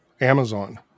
Amazon